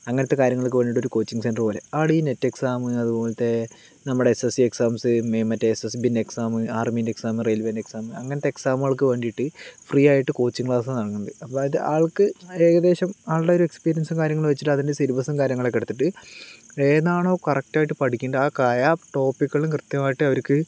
അങ്ങനത്തെ കാര്യങ്ങൾക്ക് വേണ്ടിയിട്ട് ഒരു കോച്ചിങ് സെൻ്റർ പോലെ അവിടെ ഈ നെറ്റ് എക്സാം അതുപോലത്തെ നമ്മുടെ എസ്എസ്സി എക്സാംസ് മറ്റേ എസ്എസ്ബിൻ്റെ എക്സാം ആർമീൻ്റെ എക്സാം റെയിൽവേൻ്റെ എക്സാം അങ്ങനത്തെ എക്സാമുകൾക്ക് വേണ്ടിയിട്ട് ഫ്രീ ആയിട്ട് കോച്ചിങ് ക്ലാസ് നൽകുന്നുണ്ട് അതായത് ആൾക്ക് ഏകദേശം ആൾടൊരു എസ്പീരിയൻസും കാര്യങ്ങളും വെച്ചിട്ട് അതിൻ്റെ സിലബസും കാര്യങ്ങളൊക്കെ എടുത്തിട്ട് ഏതാണോ കറക്റ്റായിട്ട് പഠിക്കേണ്ട ആ കാര്യ ആ ടോപ്പിക്കുകളും കൃത്യമായിട്ട് അവർക്ക്